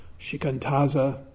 shikantaza